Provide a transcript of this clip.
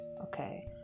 Okay